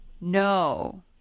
No